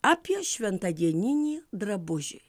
apie šventadieninį drabužį